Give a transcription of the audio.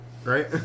right